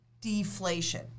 deflation